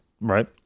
right